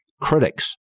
critics